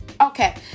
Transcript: Okay